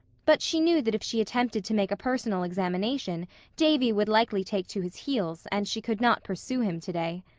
but she knew that if she attempted to make a personal examination davy would likely take to his heels and she could not pursue him today.